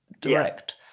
direct